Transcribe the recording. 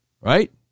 Right